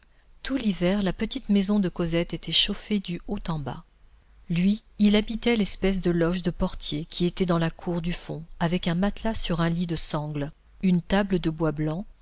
tout l'hiver la petite maison de cosette était chauffée du haut en bas lui il habitait l'espèce de loge de portier qui était dans la cour du fond avec un matelas sur un lit de sangle une table de bois blanc